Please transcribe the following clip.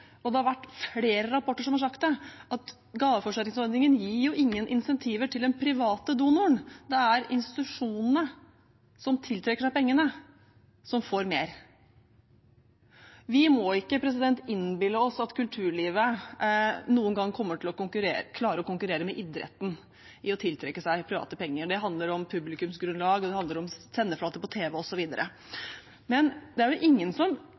Det har vært flere rapporter som har sagt det: Gaveforsterkningsordningen gir ingen incentiver til den private donoren. Det er institusjonene som tiltrekker seg pengene, som får mer. Vi må ikke innbille oss at kulturlivet noen gang kommer til å klare å konkurrere med idretten når det gjelder å tiltrekke seg private penger. Det handler om publikumsgrunnlag, sendeflate på tv, osv. Men ingen er imot at det skal gjøres mer for at kulturlivet skal få flere bein å stå på, som